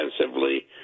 defensively